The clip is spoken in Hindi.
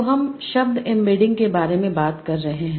तो हम शब्द एम्बेडिंग के बारे में बात कर रहे हैं